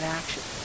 action